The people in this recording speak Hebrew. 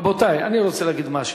רבותי, אני רוצה להגיד משהו.